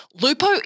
Lupo